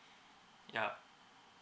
yup